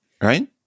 right